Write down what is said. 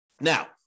Now